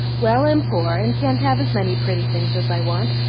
well, i'm poor and can't have as many pretty things as i want,